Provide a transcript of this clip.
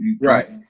right